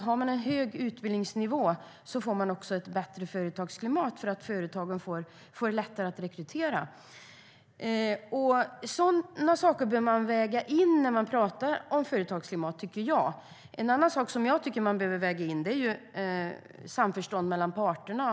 Har man en hög utbildningsnivå får man också ett bättre företagsklimat, eftersom företagen får lättare att rekrytera. Sådana saker tycker jag att man behöver väga in när man pratar om företagsklimat. En annan sak som jag tycker att man behöver väga in är samförstånd mellan parterna.